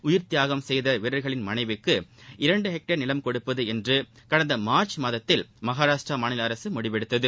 உயிர்த்தியாகம் செய்த வீரர்களின் மனைவிக்கு இரண்டு ஹெக்டேர் நிலம் கொடுப்பது என்று கடந்த மார்ச் மாதத்தில் மகாராஷ்டிரா மாநில அரசு முடிவெடுத்தது